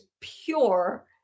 pure